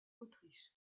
autriche